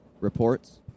reports